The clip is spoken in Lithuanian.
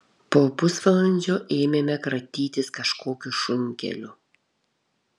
po pusvalandžio ėmėme kratytis kažkokiu šunkeliu